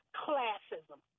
classism